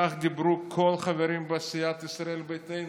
כך דיברו כל החברים בסיעת ישראל ביתנו,